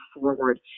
forward